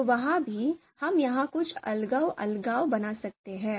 तो वहाँ भी हम यहाँ कुछ अलग अलगाव बना सकते हैं